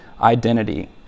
identity